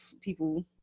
people